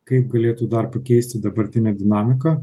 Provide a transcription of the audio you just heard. kaip galėtų dar pakeisti dabartinę dinamiką